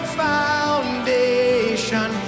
foundation